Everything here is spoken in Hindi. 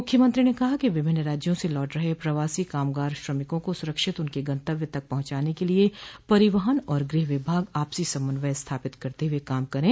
मुख्यमंत्री ने कहा कि विभिन्न राज्यों से लौट रहे प्रवासी कामगार श्रमिकों को सुरक्षित उनके गतंव्य तक पहुंचान के लिये परिवहन और गृह विभाग आपसी समन्वय स्थापित करते हुए काम करे